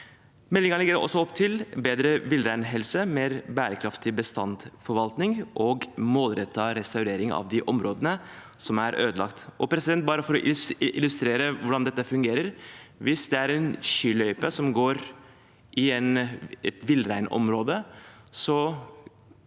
Meldingen legger også opp til bedre villreinhelse, mer bærekraftig bestandsforvaltning og målrettet restaurering av de områdene som er ødelagt. Bare for å illustrere hvordan dette fungerer: Hvis det er en skiløype som går i et villreinområde,